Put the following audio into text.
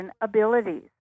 abilities